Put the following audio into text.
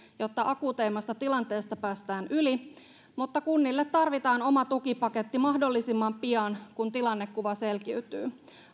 jotta akuuteimmasta tilanteesta päästään yli mutta kunnille tarvitaan oma tukipaketti mahdollisimman pian kun tilannekuva selkiytyy